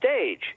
stage